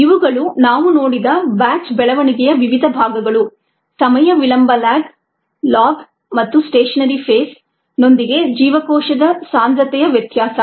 ಇವುಗಳು ನಾವು ನೋಡಿದ ಬ್ಯಾಚ್ ಬೆಳವಣಿಗೆಯ ವಿವಿಧ ಭಾಗಗಳು ಸಮಯ ವಿಳಂಬ ಲ್ಯಾಗ್ ಲಾಗ್ ಮತ್ತು ಸ್ಟೇಷನರಿ ಫೇಸ್ ನೊಂದಿಗೆ ಜೀವಕೋಶದ ಸಾಂದ್ರತೆಯ ವ್ಯತ್ಯಾಸ